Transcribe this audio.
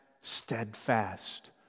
steadfast